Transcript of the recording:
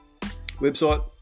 website